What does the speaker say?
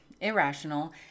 irrational